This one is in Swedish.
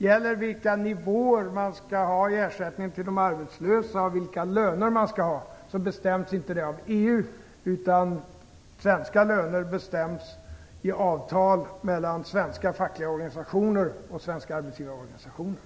bestäms av EU vilka nivåer man skall ha i ersättningen till de arbetslösa och vilka löner man skall ha, utan svenska löner bestäms i avtal mellan svenska fackliga organisationer och svenska arbetsgivarorganisationer.